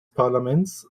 parlaments